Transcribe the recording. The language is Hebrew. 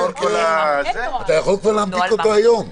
הכתב אתה יכול להנפיק היום.